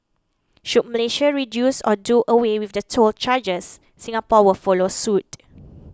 should Malaysia reduce or do away with the toll charges Singapore will follow suit